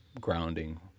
grounding